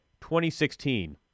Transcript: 2016